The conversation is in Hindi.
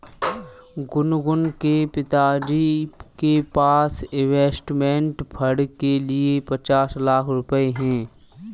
गुनगुन के पिताजी के पास इंवेस्टमेंट फ़ंड के लिए पचास लाख रुपए है